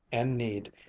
and need,